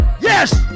Yes